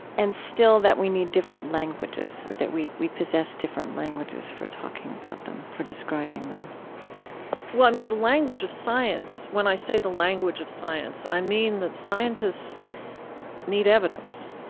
and still, that we need different languages or that we we possess different languages for talking about them, for describing them well, i mean, the language of science, when i say the language of science, i mean that scientists need evidence.